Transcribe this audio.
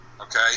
Okay